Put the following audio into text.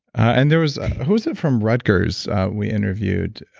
and there was a. who was it from rutgers we interviewed?